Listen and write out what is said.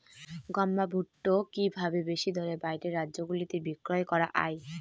গম বা ভুট্ট কি ভাবে বেশি দরে বাইরের রাজ্যগুলিতে বিক্রয় করা য়ায়?